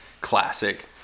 Classic